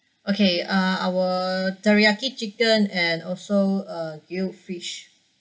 okay uh our teriyaki chicken and also uh grilled fish